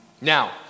Now